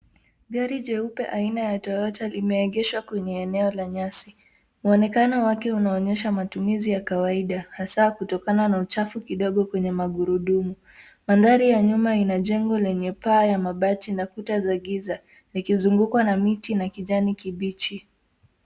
Gari jeupe aina ya Toyota limeegeshwa kwenye eneo la nyasi. Muonekano wake unaonyesha matumizi ya kawaida hasa kutokana na uchafu kidogo kwenye magurudumu. Mandhari ya nyuma ina jengo lenye paa ya mabati na ukuta za giza ikizungukwa na miti na kijani kibichi.